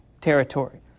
Territory